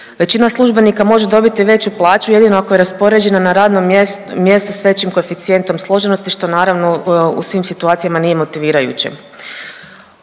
Većina službenika može dobiti veću plaću jedino ako je raspoređena na radno mjesto s većim koeficijentom složenosti što naravno u svim situacijama nije motivirajuće.